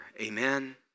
Amen